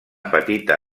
petita